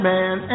Man